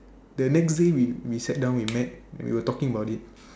the next day we sat down we met and we were talking about it